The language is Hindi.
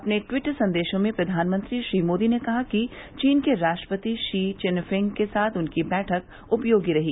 अपने ट्वीट संदेशों में प्रधानमंत्री मोदी ने कहा कि चीन के राष्ट्रपति षी चिनफिंग के साथ उनकी बैठक उपयोगी रही